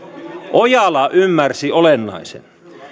ojala ymmärsi olennaisen